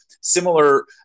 similar